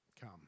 come